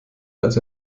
als